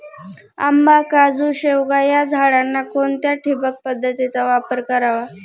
आंबा, काजू, शेवगा या झाडांना कोणत्या ठिबक पद्धतीचा वापर करावा?